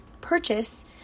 purchase